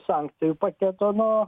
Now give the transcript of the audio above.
sankcijų paketo nu